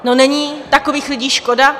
No, není takových lidí škoda?